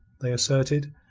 they asserted,